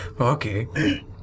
Okay